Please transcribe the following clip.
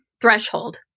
threshold